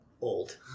old